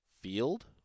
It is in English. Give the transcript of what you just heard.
Field